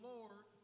Lord